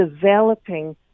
developing